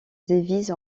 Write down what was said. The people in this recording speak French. divise